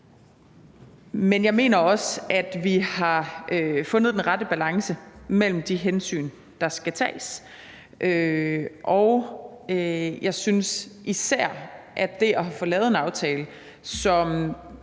Men jeg mener også, at vi har fundet den rette balance mellem de hensyn, der skal tages, og jeg synes, at især det at få lavet en aftale, som